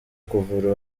kuvura